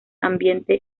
ambiente